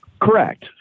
Correct